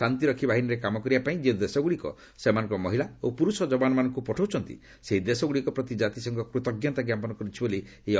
ଶାନ୍ତିରକ୍ଷୀ ବାହିନୀରେ କାମ କରିବାପାଇଁ ଯେଉଁ ଦେଶଗୁଡ଼ିକ ସେମାନଙ୍କର ମହିଳା ଓ ପୁରୁଷ ଯବାନମାନଙ୍କୁ ପଠାଉଛନ୍ତି ସେହି ଦେଶଗୁଡ଼ିକ ପ୍ରତି କାତିସଂଘ କୃତଜ୍ଞତା ଜ୍ଞାପନ କରୁଛି ବୋଲି ଏହି ଅଭିଯାନରେ ଦର୍ଶାଯାଇଛି